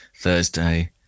Thursday